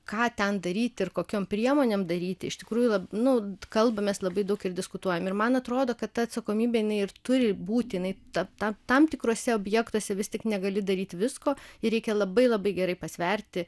ką ten daryti ir kokiom priemonėm daryti iš tikrųjų nu kalbamės labai daug ir diskutuojam ir man atrodo kad ta atsakomybė jinai ir turi būti jinai tą tą tam tikruose objektuose vis tik negali daryti visko ir reikia labai labai gerai pasverti